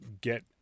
get